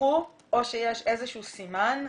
דיווחו או שיש איזשהו סימן אחר,